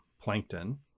plankton